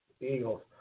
Eagles